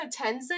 Tenzin